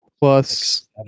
Plus